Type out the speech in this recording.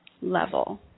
level